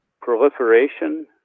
proliferation